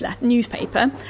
newspaper